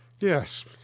Yes